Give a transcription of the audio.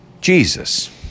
Jesus